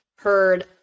heard